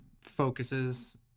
focuses